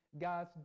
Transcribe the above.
Guys